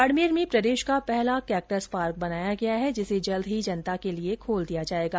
बाड़मेर में प्रदेश का पहला कैक्टस पार्क बनाया गया है जिसे जल्द ही जनता के लिये खोल दिया जायेगा